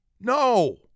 No